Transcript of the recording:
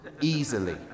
easily